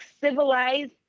civilized